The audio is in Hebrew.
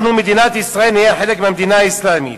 אנחנו, מדינת ישראל, נהיה חלק מהמדינה האסלאמית.